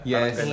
Yes